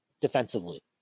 defensively